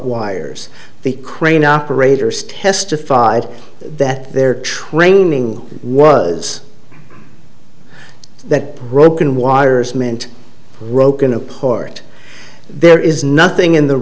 wires the crane operators testified that their training was that broken wires meant roque in a part there is nothing in the